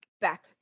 back